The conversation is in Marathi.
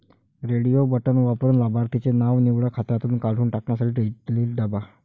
रेडिओ बटण वापरून लाभार्थीचे नाव निवडा, खात्यातून काढून टाकण्यासाठी डिलीट दाबा